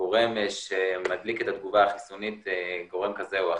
גורם שמדליק את התגובה החיסונית, גורם כזה או אחר.